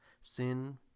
sin